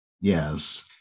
Yes